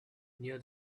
near